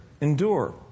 endure